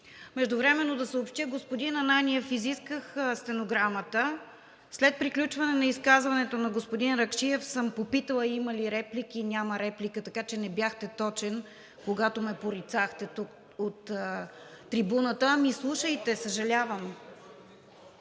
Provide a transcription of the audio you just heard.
Междувременно да съобщя – господин Ананиев, изисках стенограмата. След приключване на изказването на господин Ракшиев съм попитала: „Има ли реплики? Няма реплика.“, така че не бяхте точен, когато ме порицахте тук от трибуната. (Реплики от „Продължаваме